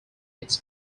its